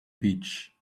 beach